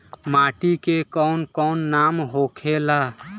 माटी के कौन कौन नाम होखे ला?